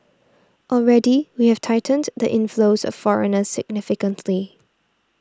already we have tightened the inflows of foreigners significantly